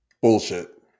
bullshit